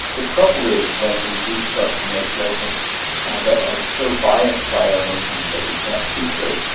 the trouble is when we do start to make judgments that are so biased by our emotions that we can't see straight.